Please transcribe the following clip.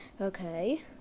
Okay